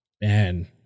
Man